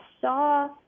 saw